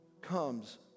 comes